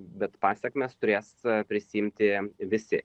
bet pasekmes turės prisiimti visi